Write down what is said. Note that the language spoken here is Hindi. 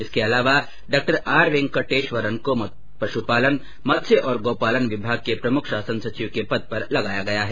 इसके अलावा डॉ आर वैंकटश्वरन को पशुपालन मत्स्य और गौपालन विभाग के प्रमुख शासन सचिव के पद पर लगाया गया है